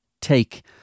take